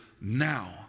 now